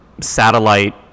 satellite